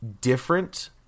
different